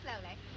slowly